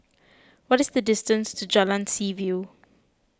what is the distance to Jalan Seaview